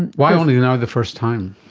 and why only now the first time?